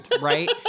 right